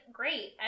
great